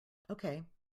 okay